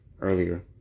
earlier